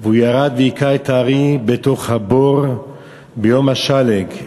והוא ירד והכה את הארי בתוך הבאר ביום השלג".